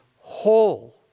whole